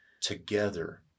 together